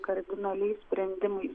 kardinaliais sprendimais